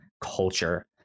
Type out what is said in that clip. culture